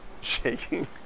shaking